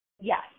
Yes